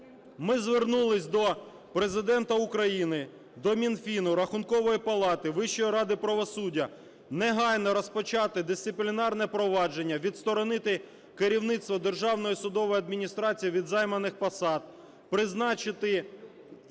Ми звернулись до Президента України, до Мінфіну, Рахункової палати, Вищої ради правосуддя негайно розпочати дисциплінарне провадження, відсторонити керівництво Державної судової адміністрації від займаних посад. Призначити інших